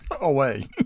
away